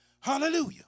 Hallelujah